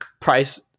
price